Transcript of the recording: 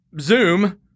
Zoom